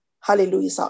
Hallelujah